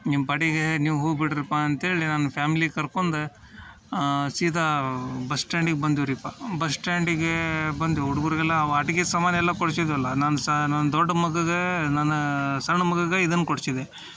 ನಿಮ್ಮ ಪಾಡಿಗೆ ನೀವು ಹೋಗಿಬಿಡಿರಿಪ್ಪ ಅಂತ್ಹೇಳಿ ನಾನು ಫ್ಯಾಮ್ಲಿ ಕರ್ಕೊಂಡ ಸೀದಾ ಬಸ್ ಸ್ಟ್ಯಾಂಡಿಗೆ ಬಂದೆವ್ರಿಪ್ಪ ಬಸ್ ಸ್ಟ್ಯಾಂಡಿಗೆ ಬಂದು ಹುಡುಗ್ರುಗ್ರೆಲ್ಲ ಅವು ಆಟಿಕೆ ಸಾಮಾನೆಲ್ಲ ಕೊಡ್ಸಿದ್ವಲ್ಲ ನಾನು ಸಾ ನನ್ನ ದೊಡ್ಡ ಮಗಂಗೆ ನನ್ನ ಸಣ್ಣ ಮಗಂಗೆ ಇದನ್ನು ಕೊಡಿಸಿದೆ